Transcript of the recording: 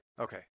okay